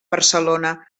barcelona